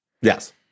Yes